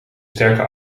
sterke